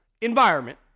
environment